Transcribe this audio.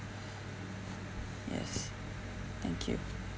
yes thank you